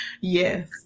Yes